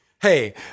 hey